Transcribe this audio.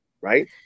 right